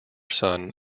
son